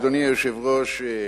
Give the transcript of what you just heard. אדוני היושב-ראש,